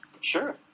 sure